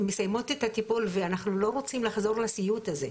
הן מסיימות את הטיפול ואנחנו לא רוצים לחזור לסיוט הזה,